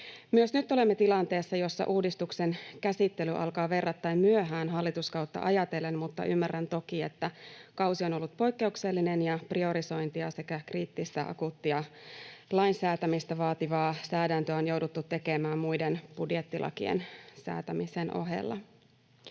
Myös nyt olemme tilanteessa, jossa uudistuksen käsittely alkaa verrattain myöhään hallituskautta ajatellen, mutta ymmärrän toki, että kausi on ollut poikkeuksellinen ja priorisointia sekä kriittistä, akuuttia lainsäätämistä vaativaa lainsäädäntöä on jouduttu tekemään muiden budjettilakien säätämisen ohella.